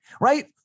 right